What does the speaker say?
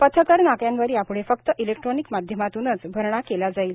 पथकर नाक्यांवर यापुढे फक्त इलेक्ट्रॉनिक माध्यमातनंच भरणा केला जाईल